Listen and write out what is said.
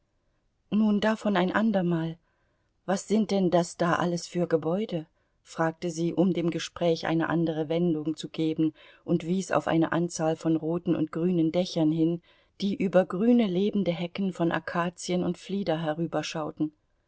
nun davon ein andermal was sind denn das da alles für gebäude fragte sie um dem gespräch eine andere wendung zu geben und wies auf eine anzahl von roten und grünen dächern hin die über grüne lebende hecken von akazien und flieder